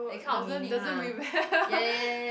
oh doesn't doesn't rebel